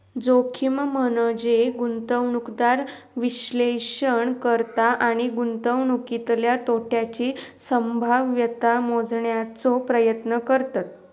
जोखीम म्हनजे गुंतवणूकदार विश्लेषण करता आणि गुंतवणुकीतल्या तोट्याची संभाव्यता मोजण्याचो प्रयत्न करतत